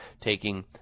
taking